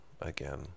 again